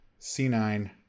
C9